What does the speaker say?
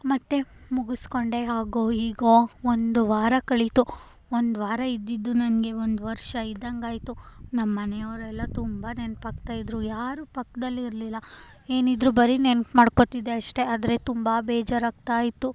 ಮತ್ತು ಮುಗಿಸ್ಕೊಂಡೆ ಹಾಗೋ ಹೀಗೋ ಒಂದುವಾರ ಕಳೀತು ಒಂದುವಾರ ಇದ್ದಿದ್ದು ನನಗೆ ಒಂದು ವರ್ಷ ಇದ್ದಂಗಾಯ್ತು ನಮ್ಮ ಮನೆಯವ್ರೆಲ್ಲ ತುಂಬ ನೆನಪಾಗ್ತಾ ಇದ್ದರು ಯಾರೂ ಪಕ್ಕದಲ್ಲಿರ್ಲಿಲ್ಲ ಏನಿದ್ದರೂ ಬರೀ ನೆನ್ಪು ಮಾಡ್ಕೊತಿದ್ದೆ ಅಷ್ಟೇ ಆದರೆ ತುಂಬ ಬೇಜಾರಾಗ್ತಾಯಿತ್ತು